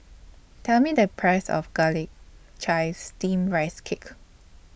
Tell Me The Price of Garlic Chives Steamed Rice Cake